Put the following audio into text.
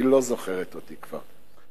היא לא זוכרת אותי כבר,